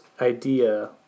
idea